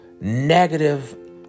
negative